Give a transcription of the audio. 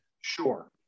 sure